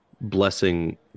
blessing